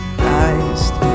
Christ